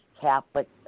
Catholic